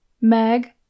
Meg